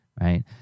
Right